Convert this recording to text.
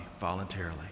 voluntarily